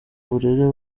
burere